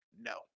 No